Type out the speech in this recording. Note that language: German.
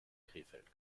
krefeld